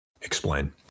Explain